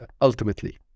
ultimately